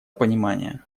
понимание